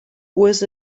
with